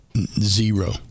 Zero